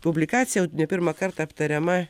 publikacija jau ne pirmąkart aptariama